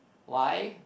why